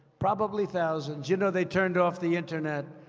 probably thousands. you know they turned off the internet.